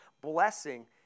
blessing